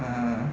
(uh huh)